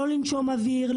לנשום אוויר,